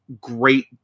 great